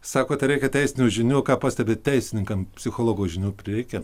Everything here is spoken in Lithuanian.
sakote reikia teisinių žinių ką pastebit teisininkam psichologo žinių prireikia